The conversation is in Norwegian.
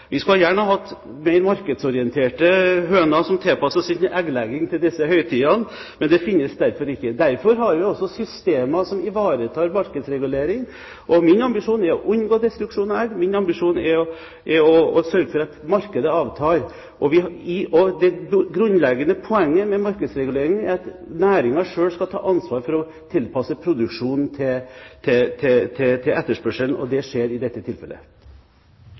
Vi skulle gjerne hatt mer markedsorienterte høner som tilpasset eggleggingen til disse høytidene, men det finnes ikke. Derfor har vi systemer som ivaretar markedsreguleringen. Min ambisjon er å unngå destruksjon av egg. Min ambisjon er å sørge for at markedet avtar. Det grunnleggende poenget med markedsreguleringen er at næringen selv skal ta ansvar for å tilpasse produksjon etter etterspørsel – og det skjer i dette tilfellet.